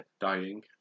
dying